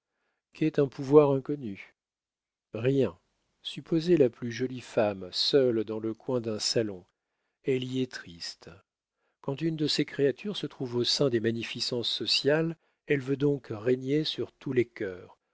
puissance qu'est un pouvoir inconnu rien supposez la plus jolie femme seule dans le coin d'un salon elle y est triste quand une de ces créatures se trouve au sein des magnificences sociales elle veut donc régner sur tous les cœurs